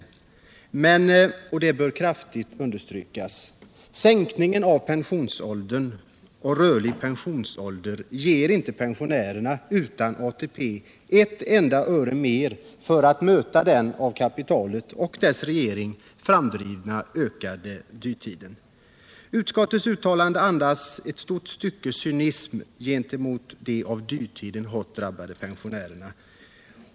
Men, och det bör kraftigt understrykas, sänkningen av pensionsåldern och införandet av rörlig pensionsålder ger inte pensionärer utan ATP ett enda öre mer för att möta den av kapitalet och dess regering framdrivna ökade dyrtiden. Utskottets uttalande andas ett stort stycke cynism gentemot de av dyrtiden hårt drabbade pensionärerna.